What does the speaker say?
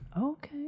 okay